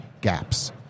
gaps